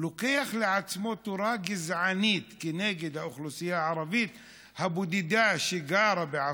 לוקח לעצמו תורה גזענית כנגד האוכלוסייה הערבית הבודדה שגרה בעפולה,